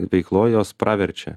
veikloj jos praverčia